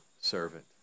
servant